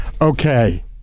okay